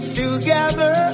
together